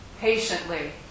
patiently